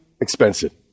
expensive